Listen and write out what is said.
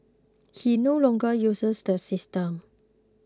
he no longer uses the system